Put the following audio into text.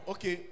Okay